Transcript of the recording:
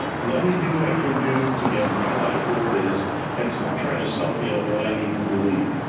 let me do what i can do to get my life where it is and stop trying to sell me on what i need to believe.